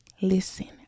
Listen